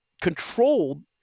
controlled